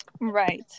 Right